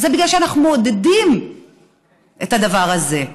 וזה בגלל שאנחנו מעודדים את הדבר הזה.